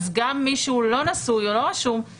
גם מי שהוא לא נשוי או לא רשום,